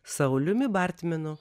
sauliumi bartminu